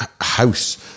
House